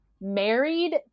married